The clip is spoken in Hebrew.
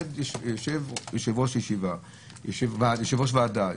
יושב-ראש ועדה,